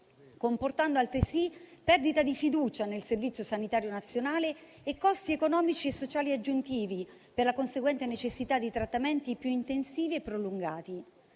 comportando altresì perdita di fiducia nel servizio sanitario nazionale e costi economici e sociali aggiuntivi, per la conseguente necessità di trattamenti più intensivi e prolungati.